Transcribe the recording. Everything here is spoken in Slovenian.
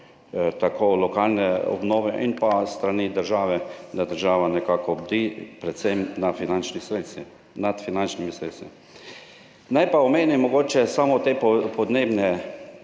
lokalne obnove in s strani države, da država nekako bdi predvsem nad finančnimi sredstvi. Naj pa omenim mogoče samo te podnebne